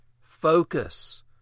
focus